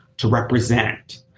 to represent,